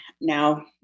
now